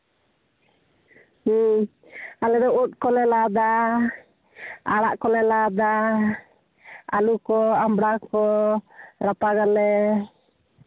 ᱦᱮᱸ ᱟᱞᱮ ᱫᱚ ᱩᱫ ᱠᱚᱞᱮ ᱞᱟᱫᱟ ᱟᱲᱟᱜ ᱠᱚᱞᱮ ᱞᱟᱫᱟ ᱟᱹᱞᱩ ᱠᱚ ᱟᱢᱵᱽᱲᱟ ᱠᱚ ᱨᱟᱯᱟᱜᱟᱞᱮ